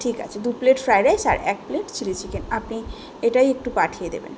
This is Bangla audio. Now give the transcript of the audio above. ঠিক আছে দু প্লেট ফ্রায়েড রাইস আর এক প্লেট চিলি চিকেন আপনি এটাই একটু পাঠিয়ে দেবেন